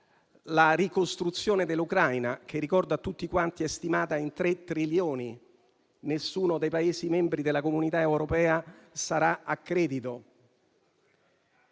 la ricostruzione dell'Ucraina (che - ricordo a tutti quanti - è stimata in tre trilioni, quindi nessuno dei Paesi membri della Comunità europea sarà a credito);